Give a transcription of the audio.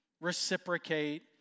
reciprocate